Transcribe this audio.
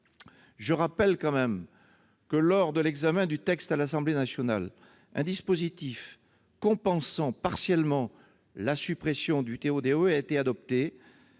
Je rappelle que, lors de l'examen du texte à l'Assemblée nationale, un dispositif compensant partiellement la suppression du TO-DE a été adopté,